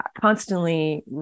constantly